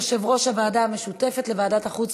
יושב-ראש הוועדה המשותפת לוועדת החוץ